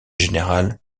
général